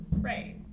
right